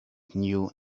knew